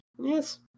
yes